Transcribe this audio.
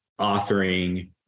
authoring